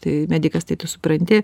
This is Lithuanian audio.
tai medikas tai tu supranti